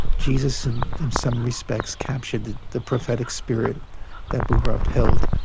jesus in in some respects captured the the prophetic spirit that buber upheld,